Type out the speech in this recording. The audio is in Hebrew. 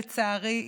לצערי,